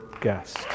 Guest